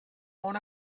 món